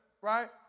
Right